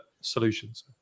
solutions